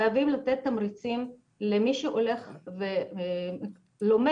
חייבים לתת תמריצים למי שהולך ולומד